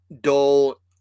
dull